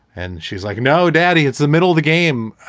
and she's like, no daddy, it's the middle of the game.